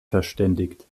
verständigt